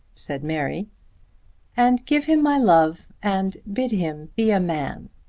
said mary and give him my love and bid him be a man.